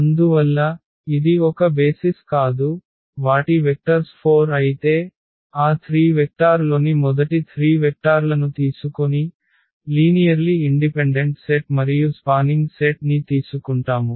అందువల్ల ఇది ఒక బేసిస్ కాదు వాటి వెక్టర్స్ 4 అయితే ఆ 3 వెక్టార్ లొని మొదటి 3 వెక్టార్లను తీసుకొని లీనియర్లి ఇండిపెండెంట్ సెట్ మరియు స్పానింగ్ సెట్ ని తీసుకుంటాము